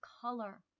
color